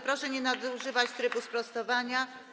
Proszę nie nadużywać trybu sprostowania.